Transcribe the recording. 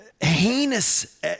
heinous